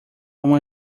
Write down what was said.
uma